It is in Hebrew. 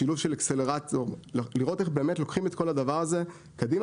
שילוב של אקסלרטור לראות איך באמת לוקחים את כל הדבר הזה קדימה,